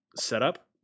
setup